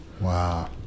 Wow